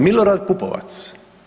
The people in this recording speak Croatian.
Milorad Pupovac.